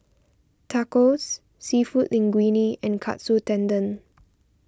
Tacos Seafood Linguine and Katsu Tendon